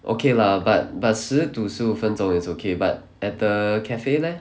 okay lah but but 十 to 十五分钟 is okay but at the cafe leh